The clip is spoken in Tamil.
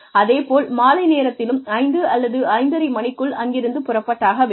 அதேபோல மாலை நேரத்திலும் 500 அல்லது 530 மணிக்குள் அங்கிருந்து புறப்பட்டாக வேண்டும்